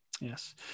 Yes